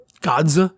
gods